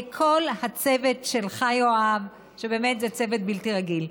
לכל הצוות שלך, יואב, שבאמת, זה צוות בלתי רגיל.